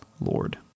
Lord